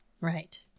Right